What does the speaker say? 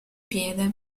piede